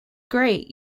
great